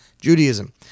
Judaism